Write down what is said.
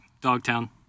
Dogtown